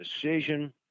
decision